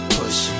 push